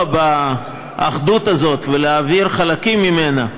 לפגוע באחדות הזאת ולהעביר חלקים ממנה